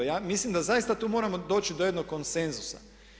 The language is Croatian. Ja mislim da zaista tu moramo doći do jednog konsenzusa.